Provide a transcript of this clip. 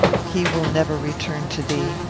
he will never return to thee.